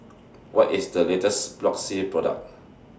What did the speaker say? What IS The latest Floxia Product